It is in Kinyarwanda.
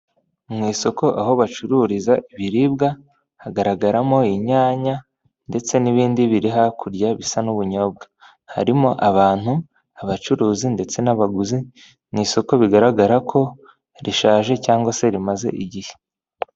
Mw'isoko aho bacururiza ibiribwa ,Hagaragaramo inyanya ndetse n'ibindi biri hakurya bisa n'ubunyobwa, harimo abantu, abacuruzi ndetse n'abaguzi, mw' isoko bigaragara ko rishaje cyangwa se rimaze igihe.